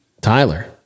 Tyler